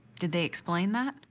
did they explain that?